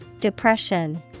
Depression